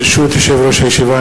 ברשות יושב-ראש הישיבה,